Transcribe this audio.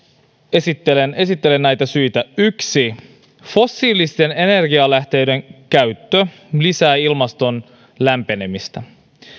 esittelen esittelen näitä syitä yksi fossiilisten energialähteiden käyttö lisää ilmaston lämpenemistä